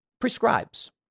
prescribes